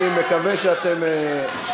אני מקווה שאתם,